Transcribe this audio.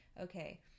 okay